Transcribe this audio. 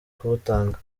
kuwutanga